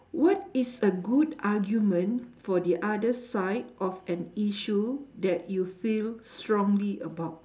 what is a good argument for the other side of an issue that you feel strongly about